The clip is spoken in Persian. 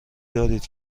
دارید